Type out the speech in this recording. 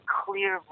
clear